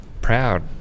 proud